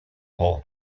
paul